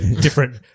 Different